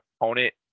opponent